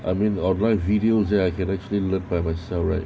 I mean online videos that I can actually learn by myself right